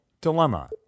dilemma